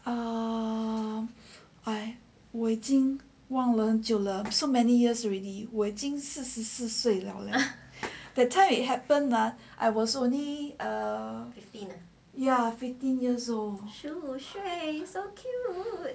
err I 我已经忘了很久 so many years already 我已经四十四岁勒 that time it happened that ah I was only ah fifteen ya